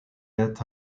est